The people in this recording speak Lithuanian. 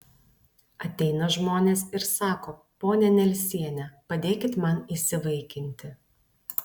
ateina žmonės ir sako ponia nelsiene padėkit man įsivaikinti